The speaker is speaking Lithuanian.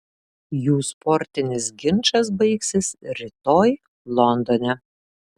jų sportinis ginčas baigsis rytoj londone